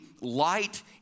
light